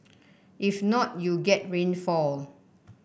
if not you get rainfall